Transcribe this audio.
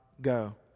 go